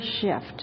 shift